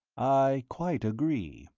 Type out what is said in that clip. i quite agree,